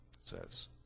says